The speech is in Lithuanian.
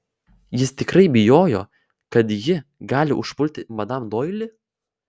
jis tikrai bijojo kad ji gali užpulti madam doili